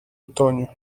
otoño